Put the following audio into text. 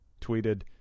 tweeted